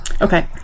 Okay